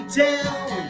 down